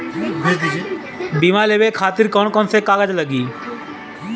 बीमा लेवे खातिर कौन कौन से कागज लगी?